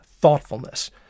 Thoughtfulness